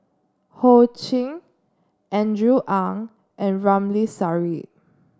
Ho Ching Andrew Ang and Ramli Sarip